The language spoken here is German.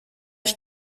ich